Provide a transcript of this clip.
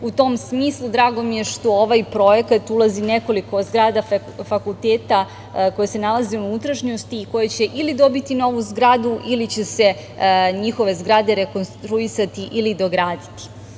U tom smislu drago mi je što u ovaj projekat ulazi nekoliko zgrada fakulteta, koje se nalaze u unutrašnjosti koje će ili dobiti novu zgradu ili će se njihove zgrade rekonstruisati ili dograditi.